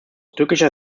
türkischer